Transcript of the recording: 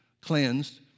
cleansed